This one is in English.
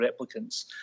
replicants